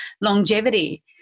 longevity